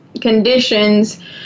conditions